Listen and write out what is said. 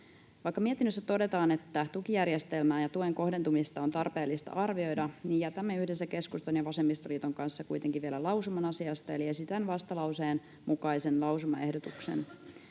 Vaikka mietinnössä todetaan, että tukijärjestelmää ja tuen kohdentumista on tarpeellista arvioida, jätämme yhdessä keskustan ja vasemmistoliiton kanssa kuitenkin vielä lausuman asiasta. Eli esitän vastalauseen mukaisen lausumaehdotuksen: